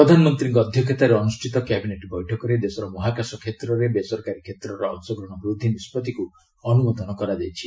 ପ୍ରଧାନମନ୍ତ୍ରୀଙ୍କ ଅଧ୍ୟକ୍ଷତାରେ ଅନୁଷ୍ଠିତ କ୍ୟାବିନେଟ୍ ବୈଠକରେ ଦେଶର ମହାକାଶ କ୍ଷେତ୍ରରେ ବେସରକାରୀ କ୍ଷେତ୍ରର ଅଂଶଗ୍ରହଣ ବୃଦ୍ଧି ନିଷ୍ପଭିକୁ ଅନୁମୋଦନ କରାଯାଇଛି